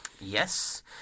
Yes